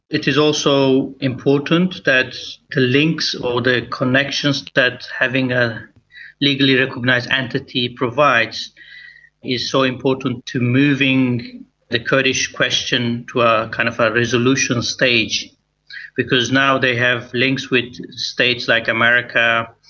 it is also important that the links or the connections that having a legally recognised entity provides is so important to moving the kurdish question to ah kind of a resolution stage because now they have links with states like america,